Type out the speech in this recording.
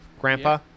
Grandpa